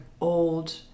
old